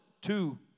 two